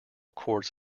courts